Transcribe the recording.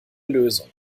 lösung